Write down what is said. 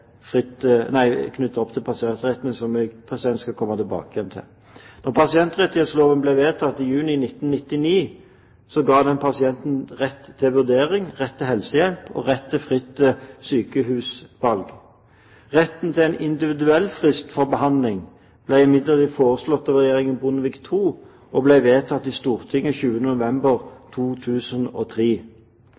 fritt sykehusvalg. Retten til en individuell frist for behandling ble imidlertid foreslått av regjeringen Bondevik II, og vedtatt i Stortinget 2. desember 2003.